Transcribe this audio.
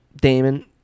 Damon